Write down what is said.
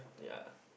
ya